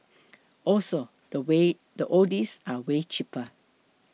also the way the oldies are way cheaper